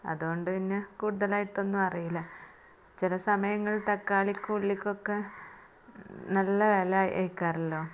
അതുകൊണ്ട് പിന്നെ കൂടുതലായിട്ടൊന്നും അറിയില്ല ചില സമയങ്ങളില് തക്കാളിക്കും ഉള്ളിക്കൊക്കെ നല്ല വില ആയിരിക്കുമല്ലോ